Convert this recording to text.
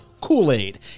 Kool-Aid